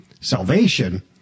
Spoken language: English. salvation